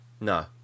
No